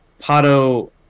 Pato